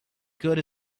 good